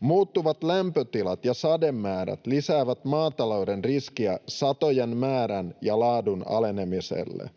Muuttuvat lämpötilat ja sademäärät lisäävät maatalouden riskiä satojen määrän ja laadun alenemiselle.